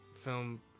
film